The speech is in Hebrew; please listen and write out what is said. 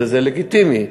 וזה לגיטימי,